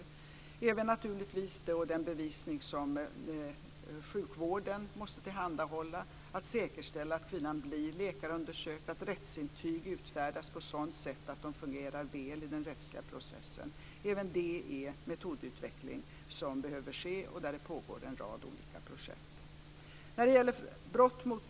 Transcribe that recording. Det handlar naturligtvis även om den bevisning som sjukvården måste tillhandahålla, att man säkerställer att kvinnan blir läkarundersökt och att rättsintyg utfärdas på ett sådant sätt att de fungerar väl i den rättsliga processen. Även i de här fallen behöver en metodutveckling ske, och det pågår en rad olika projekt.